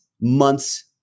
months